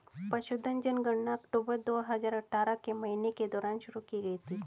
पशुधन जनगणना अक्टूबर दो हजार अठारह के महीने के दौरान शुरू की गई थी